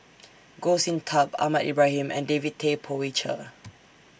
Goh Sin Tub Ahmad Ibrahim and David Tay Poey Cher